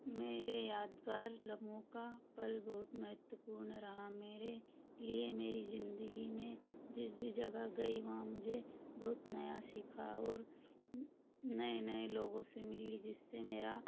मेरे यादगार लम्हों का पल बहुत महत्वपूर्ण रहा मेरे लिए मेरी जिंदगी में जिस भी जगह गई वहाँ मुझे बहुत नया सीखा और नए नए लोगों से मिली जिससे मेरा